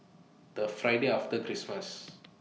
The Friday after Christmas